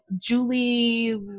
julie